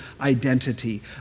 identity